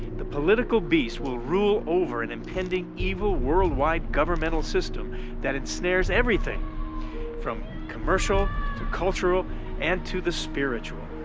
the political beast will rule over an impending evil worldwide governmental system that ensnares everything from commercial to cultural and to the spiritual.